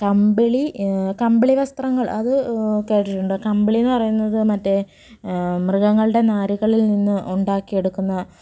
കമ്പിളി കമ്പളി വസ്ത്രങ്ങൾ അത് കേട്ടിട്ടുണ്ട് കമ്പിളി എന്ന് പറയുന്നത് മറ്റേ മൃഗങ്ങളുടെ നാരുകളിൽ നിന്ന് ഉണ്ടാക്കി എടുക്കുന്ന